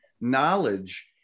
knowledge